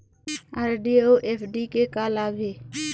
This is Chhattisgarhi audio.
आर.डी अऊ एफ.डी के का लाभ हे?